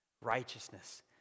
righteousness